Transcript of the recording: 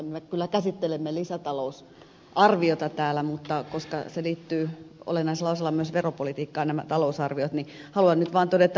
me kyllä käsittelemme lisätalousarviota täällä mutta koska nämä talousarviot liittyvät olennaiselta osalta myös veropolitiikkaan niin haluan nyt vain todeta ed